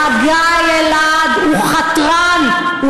חגי אלעד הוא חתרן,